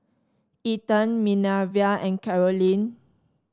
Ethen Minervia and Karolyn